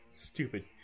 Stupid